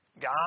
God